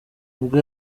ubwo